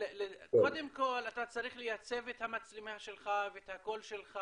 קודם כל אתה צריך לייצב את המצלמה שלך ואת הקול שלך,